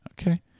Okay